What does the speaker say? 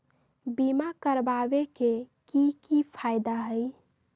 बीमा करबाबे के कि कि फायदा हई?